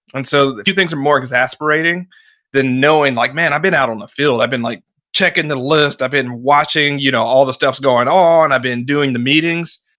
and so, a few things are more exasperating than knowing like, man, i've been out on the field, i've been like checking the list, i've been watching, you know all the stuff's going on, and i've been doing the meetings.